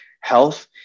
health